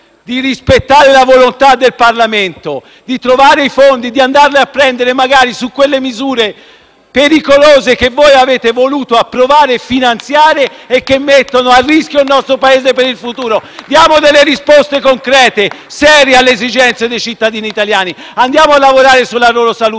di rispettare la volontà del Parlamento: di trovare i fondi e di andarli a prendere, magari da quelle misure pericolose che avete voluto approvare e finanziarie e che mettono a rischio il nostro Paese per il futuro. *(Applausi dal Gruppo PD)*. Diamo delle risposte concrete e serie alle esigenze dei cittadini italiani! Andiamo a lavorare sulla loro salute